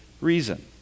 reason